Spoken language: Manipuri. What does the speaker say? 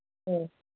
ꯎꯝ